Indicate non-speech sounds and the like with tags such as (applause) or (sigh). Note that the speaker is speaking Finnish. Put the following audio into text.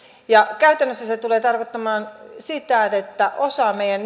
käytännössä se se tulee tarkoittamaan sitä että osalla meidän (unintelligible)